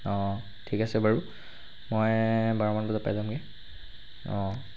ঠিক আছে বাৰু মই বাৰমান বজাত পাই যামগৈ অঁ